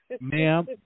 Ma'am